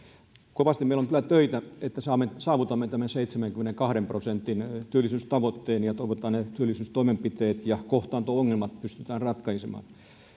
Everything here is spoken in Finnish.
kovasti meillä on kyllä töitä että saavutamme tämän seitsemänkymmenenkahden prosentin työllisyystavoitteen ja toivotaan että ne työllisyystoimenpiteet ja kohtaanto ongelmat pystytään ratkaisemaan